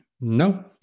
No